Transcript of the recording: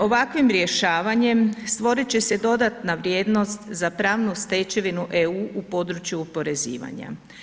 Ovakvim rješavanjem stvorit će se dodatna vrijednost za pravnu stečevinu EU u području oporezivanja.